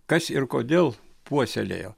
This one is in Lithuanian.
kas ir kodėl puoselėjo